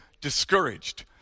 discouraged